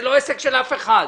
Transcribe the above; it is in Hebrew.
זה לא עסק של אף אחד.